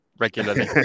Regularly